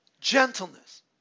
gentleness